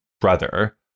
brother